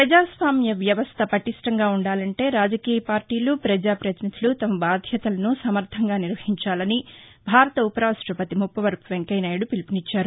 ప్రపజాస్వామ్య వ్యవస్థ పటీష్ఠంగా ఉండాలంటే రాజకీయపార్టీలు ప్రజావతినిధులు తమ బాధ్యతలను సమర్ధంగా నిర్వహించాలని భారత ఉపరాష్టపతి ముప్పవరపు వెంకయ్యనాయుడు పిలుపునిచ్చారు